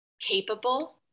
capable